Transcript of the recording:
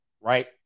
right